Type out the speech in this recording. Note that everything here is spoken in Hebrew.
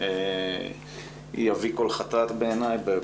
היא אבי כל חטאת בעיני באופן גורף.